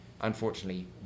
unfortunately